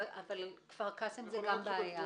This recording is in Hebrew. כפר קאסם זה גם בעיה.